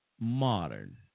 modern